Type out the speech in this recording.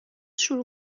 شروع